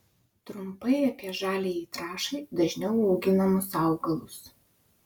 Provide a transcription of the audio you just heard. trumpai apie žaliajai trąšai dažniau auginamus augalus